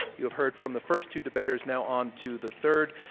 you have heard from the first two debaters. now, onto the third.